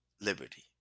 liberty